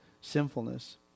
sinfulness